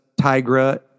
Tigra